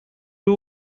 two